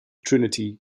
trinity